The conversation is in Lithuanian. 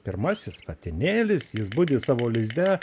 pirmasis patinėlis jis budi savo lizde